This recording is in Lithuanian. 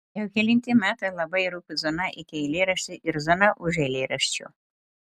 jau kelinti metai labai rūpi zona iki eilėraščio ir zona už eilėraščio